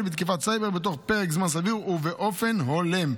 בתקיפת סייבר בתוך פרק זמן סביר ובאופן הולם.